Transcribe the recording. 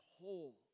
whole